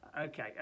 Okay